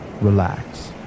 relax